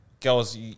Girls